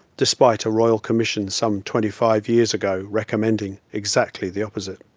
despite a royal commission some twenty five years ago recommending exactly the opposite.